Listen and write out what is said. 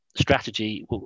strategy